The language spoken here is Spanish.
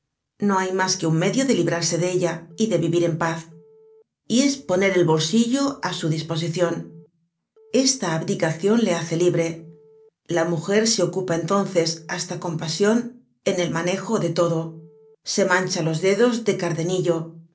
no hay mas que un medio de librarse de ella y de vivir en paz y es poner el bolsillo á su dispo sicion esta abdicacion le hace libre la mujer se ocupa entonces hasta con pasion en el manejo de todo se mancha los dedos de